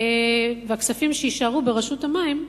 והכספים שיישארו ברשות המים,